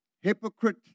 hypocrite